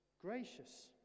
Gracious